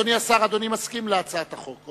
אדוני השר, אדוני מסכים להצעת החוק?